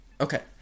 Okay